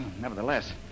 Nevertheless